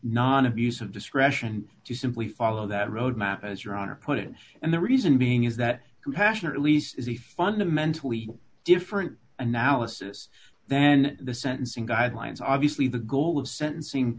non abuse of discretion to simply follow that roadmap as your honor put it and the reason being is that compassionate at least is a fundamentally different analysis than the sentencing guidelines obviously the goal of sentencing